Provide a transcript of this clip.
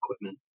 equipment